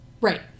Right